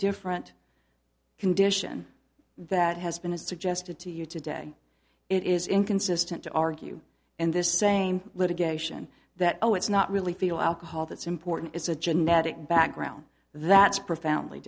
different condition that has been suggested to you today it is inconsistent to argue in this same litigation that oh it's not really feel alcohol that's important it's a genetic background that's profoundly